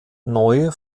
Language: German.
neue